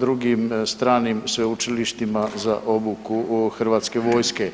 drugim stranim sveučilištima za obuku hrvatske vojske.